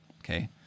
Okay